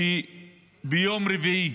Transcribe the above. שביום רביעי